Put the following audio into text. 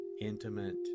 intimate